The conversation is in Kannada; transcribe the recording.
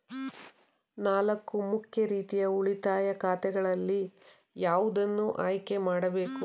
ನಾಲ್ಕು ಮುಖ್ಯ ರೀತಿಯ ಉಳಿತಾಯ ಖಾತೆಗಳಲ್ಲಿ ಯಾವುದನ್ನು ಆಯ್ಕೆ ಮಾಡಬೇಕು?